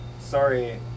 sorry